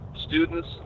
students